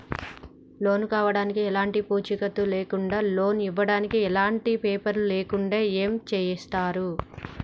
Loan కావడానికి ఎలాంటి పూచీకత్తు లేకుండా లోన్ ఇవ్వడానికి ఎలాంటి పేపర్లు లేకుండా ఏం చేస్తారు?